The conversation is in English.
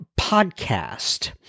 podcast